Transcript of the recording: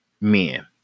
men